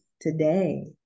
today